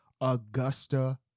Augusta